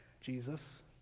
Jesus